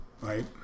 Right